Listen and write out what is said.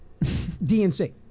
DNC